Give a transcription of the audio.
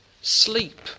sleep